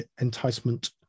enticement